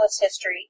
history